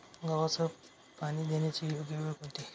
गव्हास पाणी देण्याची योग्य वेळ कोणती?